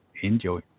enjoy